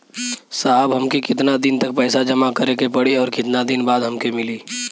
साहब हमके कितना दिन तक पैसा जमा करे के पड़ी और कितना दिन बाद हमके मिली?